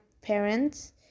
parents